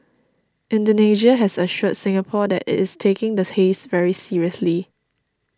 Indonesia has assured Singapore that it is taking the haze very seriously